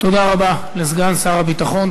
תודה רבה לסגן שר הביטחון.